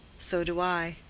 so do i.